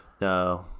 No